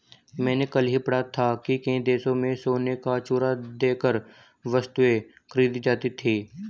मैंने कल ही पढ़ा था कि कई देशों में सोने का चूरा देकर वस्तुएं खरीदी जाती थी